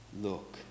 Look